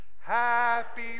Happy